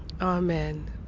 Amen